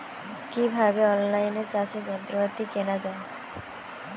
কিভাবে অন লাইনে চাষের যন্ত্রপাতি কেনা য়ায়?